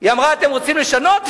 אתם רוצים לשנות?